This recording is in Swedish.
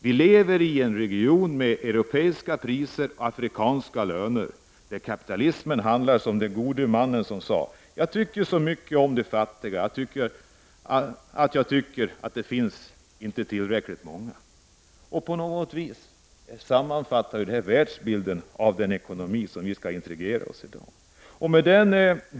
Vi lever i en region med europeiska priser och afrikanska löner, där kapitalismen handlar som den gode mannen som sade: Jag tycker så mycket om de fattiga, att jag aldrig tycker det finns tillräckligt många.” Detta sammanfattar på ett bra sätt den världsbild som återspeglas i den ekonomi som vi skall integrera oss med.